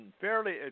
fairly